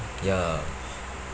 ya